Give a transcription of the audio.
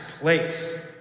place